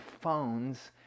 phones